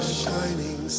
shining